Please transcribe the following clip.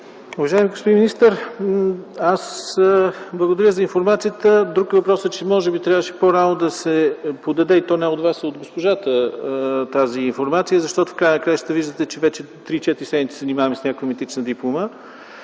Уважаеми господин министър, аз благодаря за информацията. Друг е въпросът, че може би трябваше по-рано да се подаде - и то не от Вас, а от госпожата, тази информация, защото в края на краищата виждате, че вече 3-4 седмици се занимаваме с някаква митична диплома.